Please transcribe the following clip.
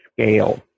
scale